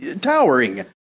towering